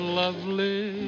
lovely